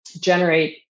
generate